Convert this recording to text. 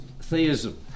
theism